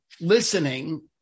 listening